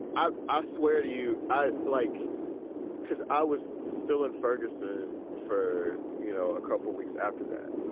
i ah swear to you, i like because i was still in ferguson for, you know, a couple weeks after that.